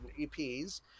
EPs